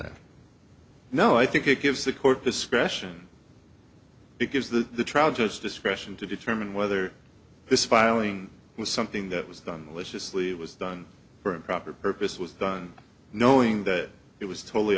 that no i think it gives the court discretion it gives the the trial judge discretion to determine whether this filing was something that was done was just lee was done for improper purpose was done knowing that it was totally